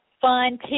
fun